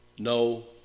No